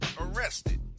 arrested